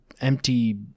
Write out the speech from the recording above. empty